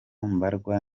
mbarwa